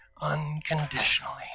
unconditionally